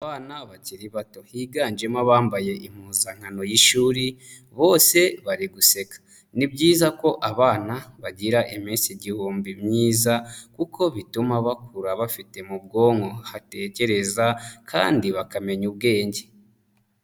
Abana bakiri bato higanjemo abambaye impuzankano y'ishuri bose bari guseka, ni byiza ko abana bagira iminsi igihumbi myiza kuko bituma bakura bafite mu bwonko hatekereza kandi bakamenya ubwenge.